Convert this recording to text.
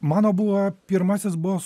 mano buvo pirmasis buvo